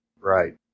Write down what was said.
Right